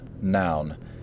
noun